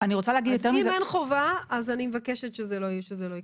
אם אין חובה, אני מבקשת שזה לא ייכלל.